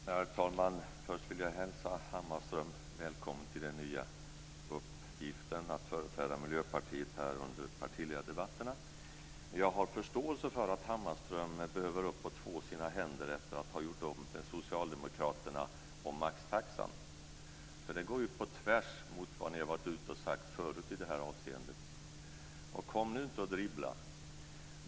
Herr talman! Först vill jag hälsa Hammarström välkommen till den nya uppgiften att företräda Miljöpartiet här under partiledardebatterna. Jag har förståelse för att Hammarström behöver upp och två sina händer efter att ha gjort upp med Socialdemokraterna om maxtaxan. Den går nämligen på tvärs mot vad ni har gått ut och sagt förut i det här avseendet. Kom nu inte och dribbla.